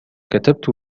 كتبت